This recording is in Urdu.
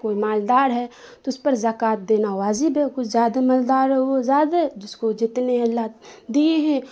کوئی مال دار ہے تو اس پر زکوٰۃ دینا واجب ہے کچھ زیادہ مال دار ہو وہ زیادہ جس کو جتنے اللہ دیے ہیں